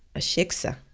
a shiksa,